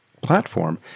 platform